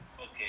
okay